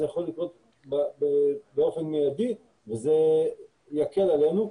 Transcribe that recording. זה יכול לקרות באופן מיידי וזה יקל עלינו.